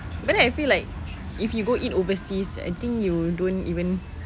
but then I feel like if you go eat overseas I think you don't even